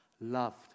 loved